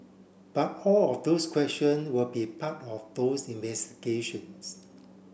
but all of those question will be part of those investigations